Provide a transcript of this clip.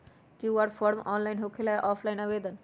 QR form online होकेला कि offline आवेदन?